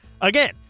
again